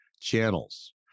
channels